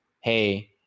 Hey